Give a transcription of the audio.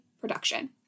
production